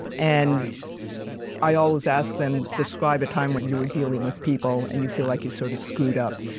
and i always asked them describe a time when you were dealing with people and you feel like you sort of screwed up.